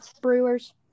Brewers